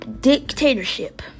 dictatorship